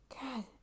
God